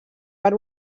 per